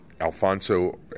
Alfonso